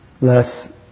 less